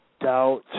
Doubt